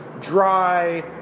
dry